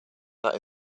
that